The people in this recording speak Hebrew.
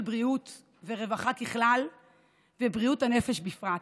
בריאות ורווחה בכלל ובריאות הנפש בפרט,